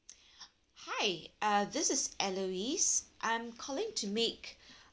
hi uh this is alaries I'm calling to make